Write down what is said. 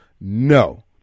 No